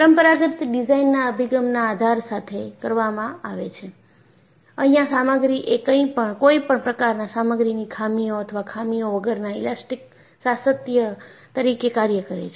પરંપરાગત ડિઝાઇનના અભિગમના આધાર સાથે કરવામાં આવે છે અહિયાં સામગ્રી એ કોઈપણ પ્રકારના સામગ્રીની ખામીઓ અથવા ખામીઓ વગરના ઈલાસ્ટીક સાતત્ય તરીકે કાર્ય કરે છે